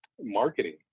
marketing